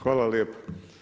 Hvala lijepo.